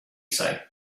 say